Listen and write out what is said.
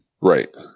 Right